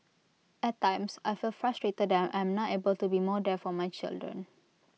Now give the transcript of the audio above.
at times I feel frustrated that I am not able to be more there for my children